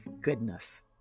Goodness